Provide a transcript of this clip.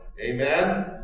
Amen